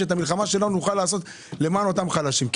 כדי שאת המלחמה נוכל לעשות למען אותם חלשים.